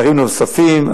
שרים נוספים,